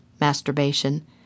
masturbation